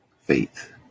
faith